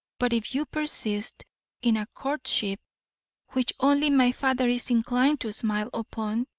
but if you persist in a courtship which only my father is inclined to smile upon,